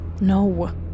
no